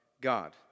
God